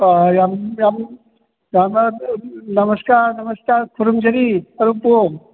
ꯌꯥꯝ ꯌꯥꯝ ꯅꯃꯁꯀꯥꯔ ꯅꯃꯁꯀꯥꯔ ꯈꯨꯔꯨꯝꯖꯔꯤ ꯃꯔꯨꯞꯄꯨ